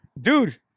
dude